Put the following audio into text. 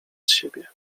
siebie